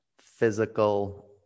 physical